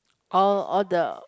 all all the